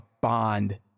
Bond